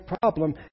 problem